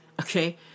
okay